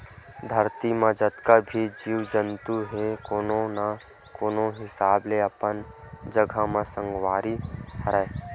धरती म जतका भी जीव जंतु हे कोनो न कोनो हिसाब ले अपन जघा म संगवारी हरय